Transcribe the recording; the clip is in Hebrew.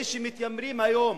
אלה שמתיימרים היום,